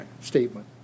statement